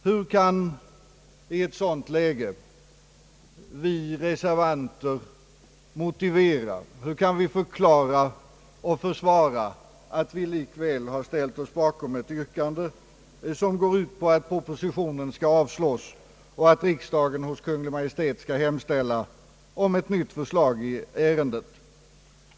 Hur kan i ett sådant läge vi reservanter motivera, hur kan vi förklara och försvara, att vi likväl har ställt oss bakom ett yrkande som går ut på att propositionen skall avslås och att riksdagen hos Kungl. Maj:t skall hemställa om ett nytt förslag i ärendet?